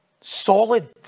solid